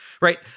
right